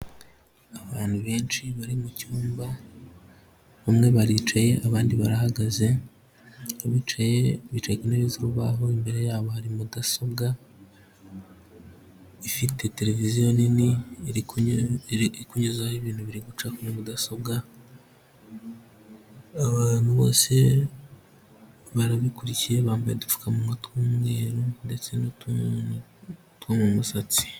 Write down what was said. Abantu benshi bari mu cyumba, bamwe baricaye abandi barahagaze, abicaye, bicaye ku intebe z'urubahu, imbere yabo hari mudasobwa ifite televiziyo nini iri kunyuzaho ibintu biri guca kuri mudasobwa, abantu bose barabikurikiye bambaye udupfukamunwa tw'umweru ndetse n'utunu two mu musatsi.